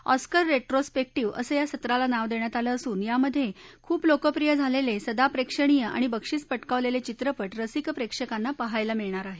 Oscar retrospective असं या सत्राला नाव देण्यात आलं असून यामध्ये खूप लोकप्रिय झालेले सदाप्रेक्षणीय आणि बक्षिस पटकावलेले चित्रपट रसिक प्रेक्षकांना पहायला मिळणार आहेत